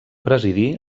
presidí